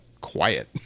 quiet